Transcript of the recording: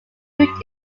root